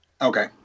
Okay